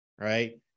right